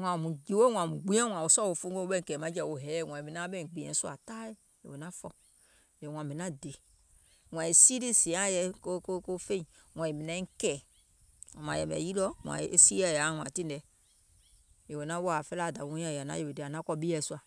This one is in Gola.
wààŋ mùŋ jìwèuŋ wȧȧŋ mùŋ gbìɛ̀uŋ sɔɔ̀ wo fungo wo ɓɛìŋ kɛ̀ɛ̀maŋjɛ̀wɛ wo hɛɛyɛ̀, wȧȧŋ mìŋ nauŋ ɓɛìŋ gbìɛ̀ŋ sùȧ taai yèè wò naŋ fɔ̀, yèè wȧȧŋ mìŋ naŋ dè, wààŋ e sii lii sìàuŋ yɛi ko feìŋ, wȧȧŋ mìŋ naiŋ kɛ̀ɛ̀, wȧȧŋ mȧŋ yɛ̀mɛ̀ yilìɔ e siiɛ̀ yȧaùŋ tinɛɛ̀, yèè wò naŋ wòò aŋ felaa dàwiuŋ nyȧŋ yèè ȧŋ naŋ yèwè dìì ȧŋ naŋ kɔ̀ ɓieɛ̀ sùà.